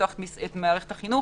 מערכת החינוך